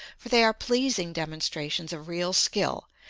for they are pleasing demonstrations of real skill,